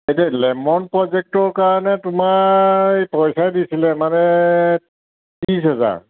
এতিয়া লেমন প্ৰজেক্টটোৰ কাৰণে তোমাৰ এই পইচা দিছিলে মানে ত্ৰিছ হাজাৰ